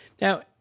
Now